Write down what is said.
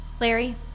Larry